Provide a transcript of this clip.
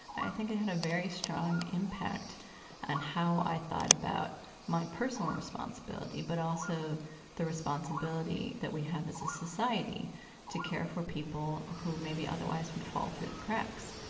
i think it had a very strong impact on and how i thought about my personal responsibility, but also the responsibility that we have as a society to care for people who maybe otherwise would fall through the cracks.